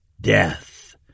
DEATH